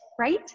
right